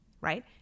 right